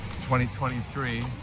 2023